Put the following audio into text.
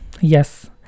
yes